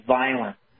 violence